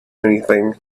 anything